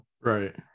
Right